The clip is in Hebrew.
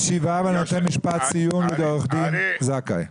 משפט סיום לעורך דין זכאי.